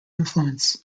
influence